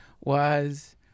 was-